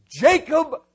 Jacob